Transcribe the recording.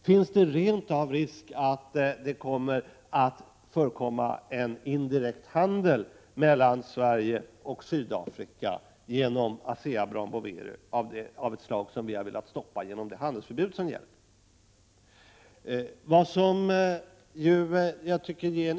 Finns det rent av risk att det kommer att förekomma en indirekt handel mellan Sverige och Sydafrika genom ASEA-Brown Boveri av det slag som vi velat stoppa genom det handelsförbud som gäller?